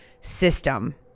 system